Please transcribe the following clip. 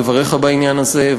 על דבריך בעניין הזה,